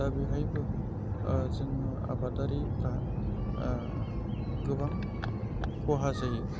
दा बेवहायबो जोङो आबादारिफ्रा गोबां खहा जायो